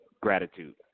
Gratitude